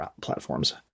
platforms